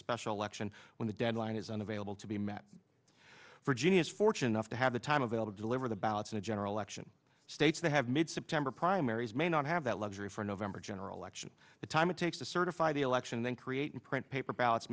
special election when the deadline is unavailable to be met virginia's fortune off to have the time available live or the ballots in a general election states that have made september primaries may not have that luxury for november general election the time it takes to certify the election then create and print paper bal